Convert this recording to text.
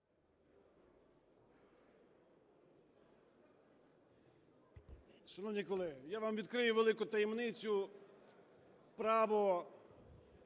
Дякую.